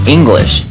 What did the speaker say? English